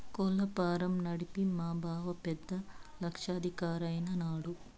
కోళ్ల ఫారం నడిపి మా బావ పెద్ద లక్షాధికారైన నాడు